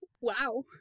wow